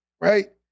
right